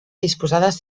disposades